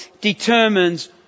determines